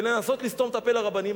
ולנסות לסתום את הפה לרבנים,